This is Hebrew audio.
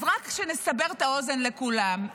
רק שנסבר את האוזן לכולם,